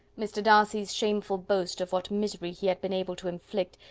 mr. darcy's shameful boast of what misery he had been able to inflict,